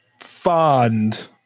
fond